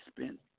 spent